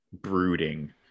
brooding